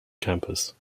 campus